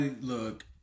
Look